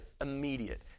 immediate